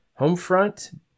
Homefront